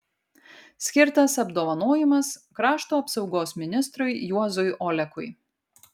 skirtas apdovanojimas krašto apsaugos ministrui juozui olekui